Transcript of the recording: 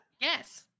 Yes